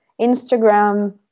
Instagram